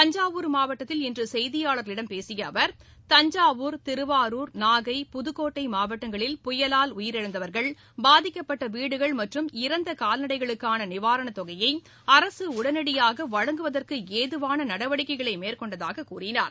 தஞ்சாவூர் மாவட்டத்தில் இன்று செய்தியாளர்களிடம் பேசிய அவர் தஞ்சாவூர் திருவாரூர் நாகை புதுக்கோட்டை மாவட்டங்களில் புயலால் உயிரிழந்தவர்கள் பாதிக்கப்பட்ட வீடுகள் மற்றும் இறந்த கால்நடைகளுக்கான நிவாரண தொகையை அரசு உடனடியாக வழங்குவதற்கு ஏதுவான நடவடிக்கைகளை மேற்கொண்டதாக கூறினார்